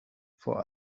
vor